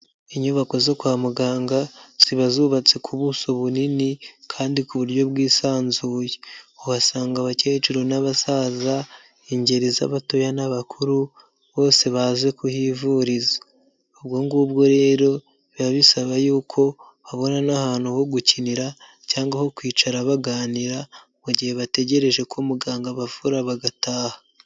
Inyubako zo kwa muganga ziba zubatse ku buso bunini kandi ku buryo bwisanzuye, uhasanga abakecuru n'abasaza, ingeri z'abatoya n'abakuru, bose baza kuhivuriza, ubwo ngubwo rero biba bisaba yuko babona n'ahantu ho gukinira cyangwa ho kwicara baganira mu gihe bategereje ko muganga abavura bagataha.